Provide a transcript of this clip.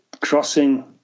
crossing